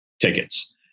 tickets